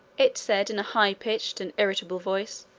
it said in a high-pitched and irritable voice,